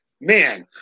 Man